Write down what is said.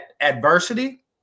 adversity